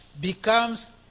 becomes